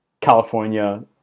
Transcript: California